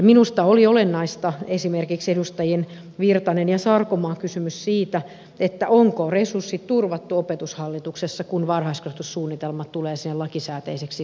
minusta oli olennaista esimerkiksi edustajien virtanen ja sarkomaa kysymys siitä onko resurssit turvattu opetushallituksessa kun varhaiskasvatussuunnitelma tulee sinne lakisääteiseksi tehtäväksi